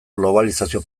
globalizazio